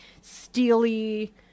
steely